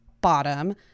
bottom